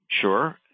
sure